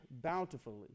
bountifully